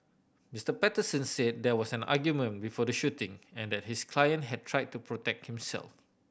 Mister Patterson said there was an argument before the shooting and that his client had tried to protect himself